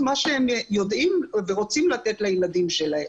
מה שהם יודעים ורוצים לתת לילדים שלהם.